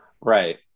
Right